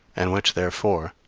and which, therefore,